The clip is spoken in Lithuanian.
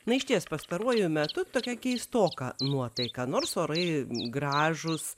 na išties pastaruoju metu tokia keistoka nuotaika nors orai gražūs